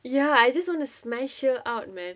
ya I just want a smash her out man